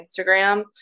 Instagram